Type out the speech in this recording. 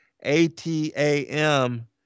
A-T-A-M